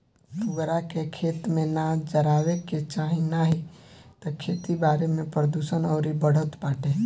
पुअरा के, खेत में ना जरावे के चाही नाही तअ खेती बारी में प्रदुषण अउरी बढ़त बाटे